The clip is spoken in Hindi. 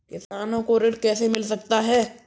किसानों को ऋण कैसे मिल सकता है?